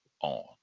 on